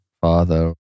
father